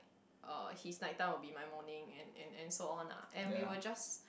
uh his night time would be my morning and and and so on lah and we will just